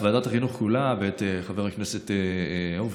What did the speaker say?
את ועדת החינוך כולה ואת חבר הכנסת הורוביץ,